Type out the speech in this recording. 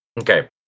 Okay